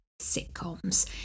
sitcoms